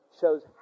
shows